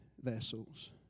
vessels